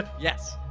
Yes